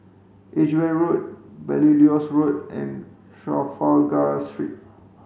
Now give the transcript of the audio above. Edgware Road Belilios Road and Trafalgar Street